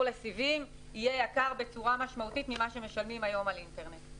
לסיבים יהיה יקר בצורה משמעותית ממה שמשלמים היום על אינטרנט.